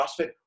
CrossFit